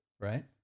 Right